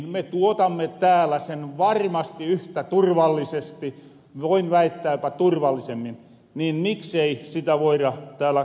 me tuotamme täällä sen varmasti yhtä turvallisesti voin väittää jopa turvallisemmin niin miksei sitä voida täällä kotimaassa tuottaa